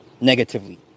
negatively